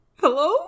Hello